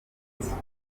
yasinze